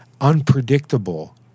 unpredictable